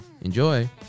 Enjoy